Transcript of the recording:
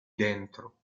dentro